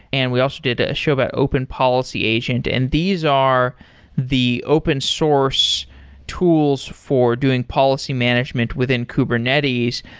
and we also did a show about open policy agent, and these are the open source tools for doing policy management within kubernetes.